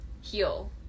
heal